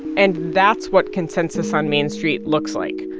and that's what consensus on main street looks like.